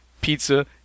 pizza